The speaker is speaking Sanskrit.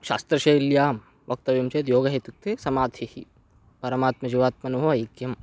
शास्त्रशैल्यां वक्तव्यं चेत् योगः इत्युक्ते समाधिः परमात्मजीवात्मनोः ऐक्यम्